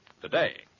today